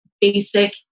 basic